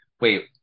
Wait